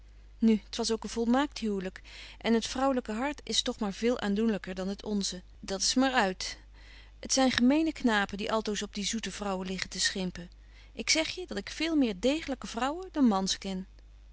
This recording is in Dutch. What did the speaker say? nu t was ook een volmaakt huwlyk en het vrouwelyke hart is toch maar veel aandoenlyker dan het onze dat s maar uit t zyn gemene knapen die altoos op die zoete vrouwen liggen te schimpen ik zeg je dat ik veel meer degelyke vrouwen dan mans ken